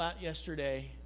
yesterday